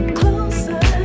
closer